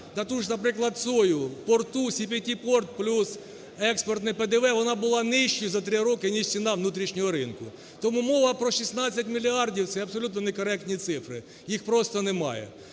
ж, наприклад, сою в порту, СРТ-порт плюс експортне ПДВ, вона була нижчою за 3 роки, ніж ціна внутрішнього ринку. Тому мова про 16 мільярдів – це абсолютно некоректні цифри, їх просто немає.